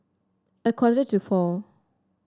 a quarter to four